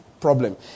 problem